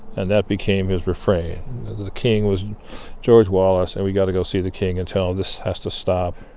and that became his refrain. the king was george wallace, and we got to go see the king and tell him this has to stop.